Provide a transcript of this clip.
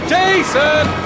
Jason